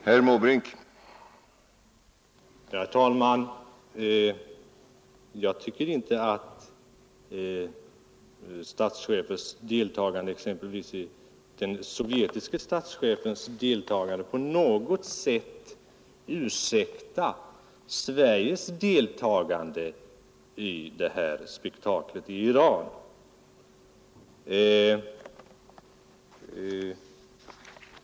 Herr talman! Jag tycker inte att exempelvis den sovjetiske statschefens deltagande på något sätt ursäktar Sveriges deltagande i det här spektaklet i Iran.